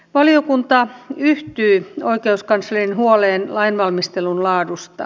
valiokunta yhtyy oikeuskanslerin huoleen lainvalmistelun laadusta